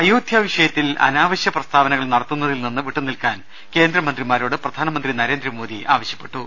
അയോധ്യ വിഷയത്തിൽ അനാവശ്യ പ്രസ്താവനകൾ നടത്തുന്ന തിൽനിന്ന് വിട്ടുനിൽക്കാൻ കേന്ദ്രമന്ത്രിമാരോട് പ്രധാനമന്ത്രി നരേന്ദ്ര മോദി ആവശ്യപ്പെട്ടു